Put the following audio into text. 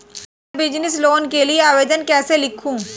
मैं business loan के लिए आवेदन कैसे लिखूँ?